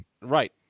Right